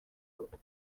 بود